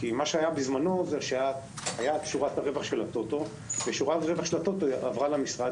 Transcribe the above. בזמנו הייתה שורת הרווח של הטוטו שעברה למשרד,